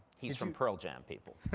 he's from pearl jam, people.